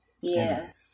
Yes